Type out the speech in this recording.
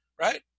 right